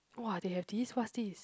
!wah! they have this what is this